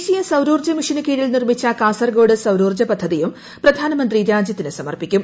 ദേശീയ സൌരോർജ്ജ മിഷനു കീഴിൽ നിർമ്മിച്ച കാസർകോട് സൌരോർജ്ജ പദ്ധതിയും പ്രധാന മന്ത്രി രാജൃത്തിന് സമർപ്പിക്കും